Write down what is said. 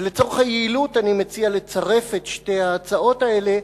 ולצורך היעילות אני מציע לצרף את שתי ההצעות האלה,